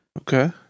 Okay